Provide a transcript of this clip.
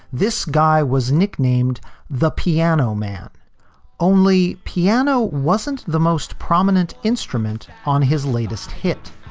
this guy was nicknamed the piano man only piano wasn't the most prominent instrument on his latest hit.